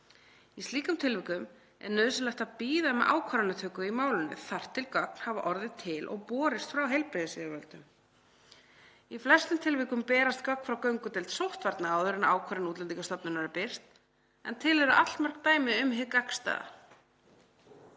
Í slíkum tilvikum er nauðsynlegt að bíða með ákvarðanatöku í málinu þar til gögn hafa orðið til og borist frá heilbrigðisyfirvöldum. Í flestum tilvikum berast gögn frá göngudeild sóttvarna áður en ákvörðun Útlendingastofnunar er birt en til eru allmörg dæmi um hið gagnstæða.